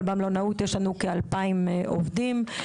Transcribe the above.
אבל במלונאות יש לנו כ-2,000 עובדים.